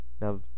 Now